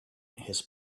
his